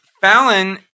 Fallon